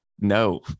no